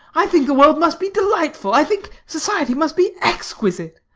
i think the world must be delightful. i think society must be exquisite.